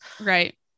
right